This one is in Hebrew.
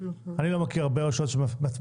אני לא מכיר הרבה רשויות שמפעילות